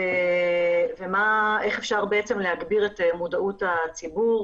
ואיך אפשר בעצם להגדיר את מודעות הציבור